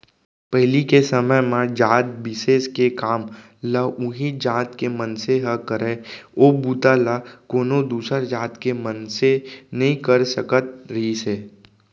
पहिली के समे म जात बिसेस के काम ल उहींच जात के मनसे ह करय ओ बूता ल कोनो दूसर जात के मनसे नइ कर सकत रिहिस हे